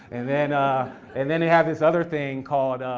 and then ah and then they have this other thing called